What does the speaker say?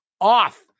off